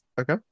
Okay